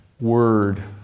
word